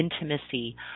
intimacy